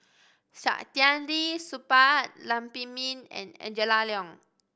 Saktiandi Supaat Lam Pin Min and Angela Liong